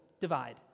divide